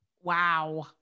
Wow